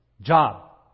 job